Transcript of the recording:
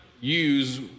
use